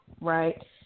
Right